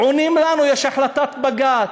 עונים לנו: יש החלטת בג"ץ.